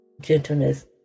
gentleness